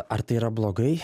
ar tai yra blogai